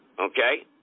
Okay